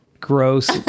gross